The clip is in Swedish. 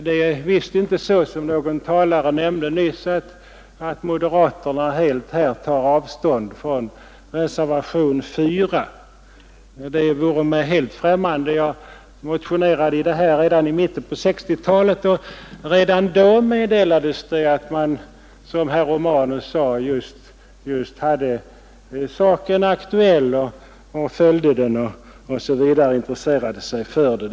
Det är inte så som någon talare påstod nyss, att moderaterna helt tar avstånd från reservationen 4. Det vore mig helt främmande. Jag motionerade i denna fråga redan i mitten av 1960-talet. Redan då meddelades det, som herr Romanus sade, att man hade saken aktuell och följde den och intresserade sig för den.